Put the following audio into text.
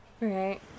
Right